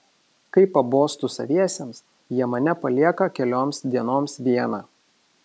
kai pabostu saviesiems jie mane palieka kelioms dienoms vieną